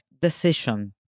decision